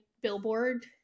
billboard